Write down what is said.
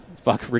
fuck